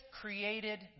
created